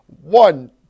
one